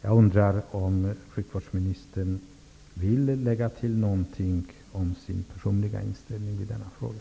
Jag undrar om sjukvårdsministern vill lägga till någonting om sin personliga inställning i denna fråga.